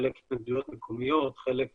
חלק התנגדויות מקומיות, חלק